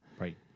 Right